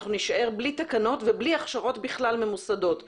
אנחנו נישאר בלי תקנות ובלי הכשרות ממוסדות בכלל.